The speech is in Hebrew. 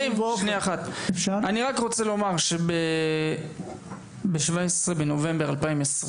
ואליד, אני רק רוצה לומר שב- 17 בנובמבר 2020,